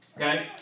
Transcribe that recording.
Okay